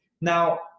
Now